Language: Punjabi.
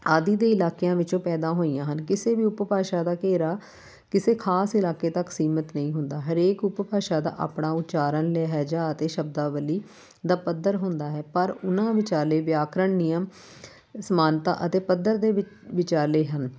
ਆਦਿ ਦੇ ਇਲਾਕਿਆਂ ਵਿੱਚੋਂ ਪੈਦਾ ਹੋਈਆਂ ਹਨ ਕਿਸੇ ਵੀ ਉਪਭਾਸ਼ਾ ਦਾ ਘੇਰਾ ਕਿਸੇ ਖ਼ਾਸ ਇਲਾਕੇ ਤੱਕ ਸੀਮਤ ਨਹੀਂ ਹੁੰਦਾ ਹਰੇਕ ਉਪਭਾਸ਼ਾ ਦਾ ਆਪਣਾ ਉਚਾਰਨ ਲਹਿਜਾ ਅਤੇ ਸ਼ਬਦਾਵਲੀ ਦਾ ਪੱਧਰ ਹੁੰਦਾ ਹੈ ਪਰ ਉਹਨਾਂ ਵਿਚਾਲੇ ਵਿਆਕਰਨ ਨਿਯਮ ਸਮਾਨਤਾ ਅਤੇ ਪੱਧਰ ਦੇ ਵੀ ਵਿਚਾਲੇ ਹਨ